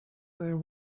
there